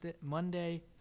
Monday